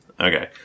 Okay